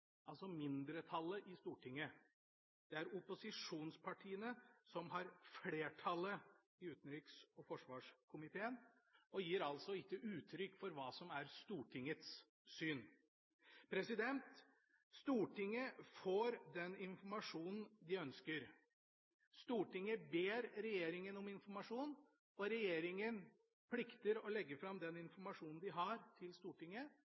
altså mindretallet i Stortinget. Det er opposisjonspartiene som har flertallet i utenriks- og forsvarskomiteen, og det gir altså ikke uttrykk for hva som er Stortingets syn. Stortinget får den informasjonen det ønsker. Stortinget ber regjeringa om informasjon, og regjeringa plikter å legge fram for Stortinget den